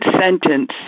sentence